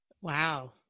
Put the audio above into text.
Wow